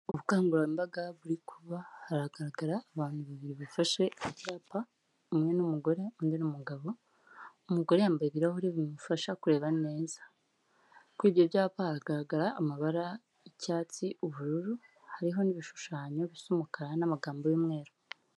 Ubukangurambaga buri kuba hagaragara abantu babiri bafashe ibyapa, umwe ni umugore undi ni umugabo, umugore yambaye ibirahure bimufasha kureba neza, kuri ibyo byapa hagaragara amabara y'icyatsi, ubururu, hariho ibishushanyo bisa umukara n'amagambo y'umweru.